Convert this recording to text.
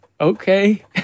okay